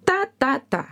ta ta ta